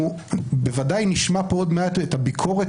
אנחנו בוודאי נשמע פה עוד מעט את הביקורת